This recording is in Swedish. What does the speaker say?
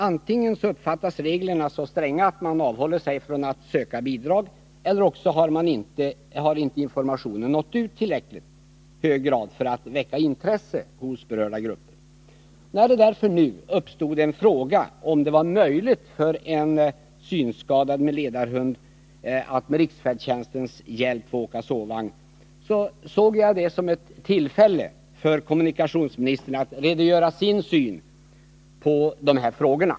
Antingen uppfattas reglerna så stränga att man avhåller sig från att söka bidrag eller också har informationen inte nått ut i tillräckligt hög grad för att väcka intresse hos berörda grupper. När det därför uppstod en fråga om det var möjligt för en synskadad med ledarhund att med riksfärdtjänstens hjälp få åka sovvagn, såg jag det som ett tillfälle för kommunikationsministern att redovisa sin syn på de här frågorna.